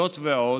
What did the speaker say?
זאת ועוד,